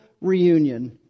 reunion